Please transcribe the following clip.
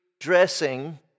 dressing